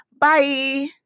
Bye